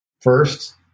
first